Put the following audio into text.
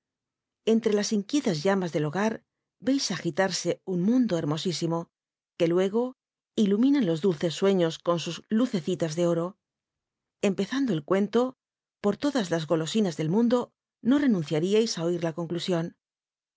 ntrc las inquietas llamas del hogar ll'i agitarsl un muthlu hcnno ísimo que luego ilnmiuau los dnlcel supitn con sus lucecitas de oro empe t nclo t'l cncnio pnr t lns las golosin l llcl mmhln no nntnwiarhti fl oir la conclu